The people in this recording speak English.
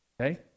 okay